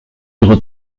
bureau